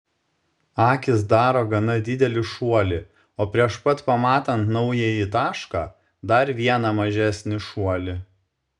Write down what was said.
akys daro gana didelį šuolį o prieš pat pamatant naująjį tašką dar vieną mažesnį šuolį